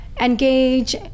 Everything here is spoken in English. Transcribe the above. engage